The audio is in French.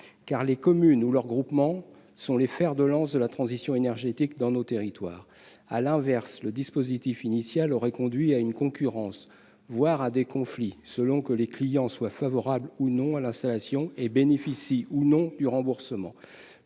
Car les communes ou leurs groupements sont les fers de lance de la transition énergétique dans nos territoires. À l'inverse, le dispositif initial aurait conduit à une concurrence, voire à des conflits, selon que les clients sont favorables ou non à l'installation et bénéficient ou non du remboursement.